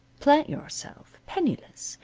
plant yourself, penniless,